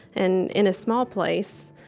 and in a small place,